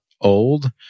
old